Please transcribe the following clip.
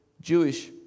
Jewish